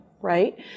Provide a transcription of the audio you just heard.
right